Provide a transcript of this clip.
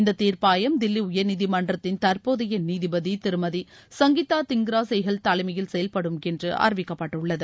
இந்த தீர்ப்பாயம் தில்லி உயர்நீதிமன்றத்தின் தற்போதைய நீதிபதி திருமதி சங்கீதா திங்ரா சேகல் தலைமையில் செயல்படும் என்று அறிவிக்கப்பட்டுள்ளது